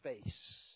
space